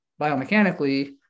biomechanically